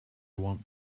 want